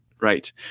right